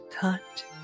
cut